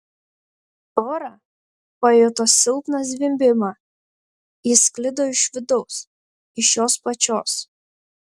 tora pajuto silpną zvimbimą jis sklido iš vidaus iš jos pačios